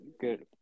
good